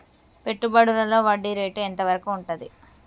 పెట్టుబడులలో వడ్డీ రేటు ఎంత వరకు ఉంటది?